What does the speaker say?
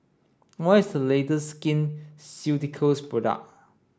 what is the latest Skin Ceuticals product